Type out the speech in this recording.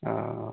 ହଁ